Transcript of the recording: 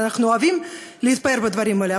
אנחנו אוהבים להתפאר בדברים האלה,